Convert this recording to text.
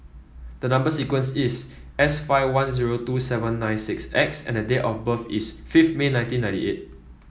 the number sequence is S five one zero two seven nine six X and date of birth is fifth May nineteen ninety eight